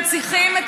שמחלקים כסף לעצמם.